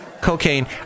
Cocaine